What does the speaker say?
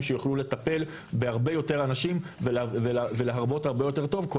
שיוכלו לטפל בהרבה יותר אנשים ולהרבות הרבה יותר טוב,